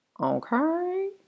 Okay